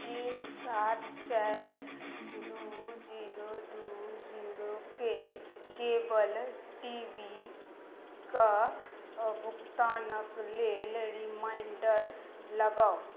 एक सात चारि दू जीरो दू जीरो के केबल टी वी कऽ भुगतानक लेल रिमाइंडर लगाउ